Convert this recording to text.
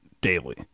daily